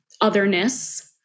otherness